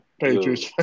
Patriots